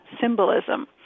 symbolism